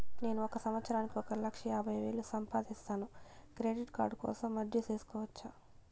నేను ఒక సంవత్సరానికి ఒక లక్ష యాభై వేలు సంపాదిస్తాను, క్రెడిట్ కార్డు కోసం అర్జీ సేసుకోవచ్చా?